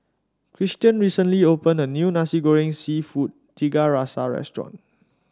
Cristian recently opened a new Nasi Goreng seafood Tiga Rasa restaurant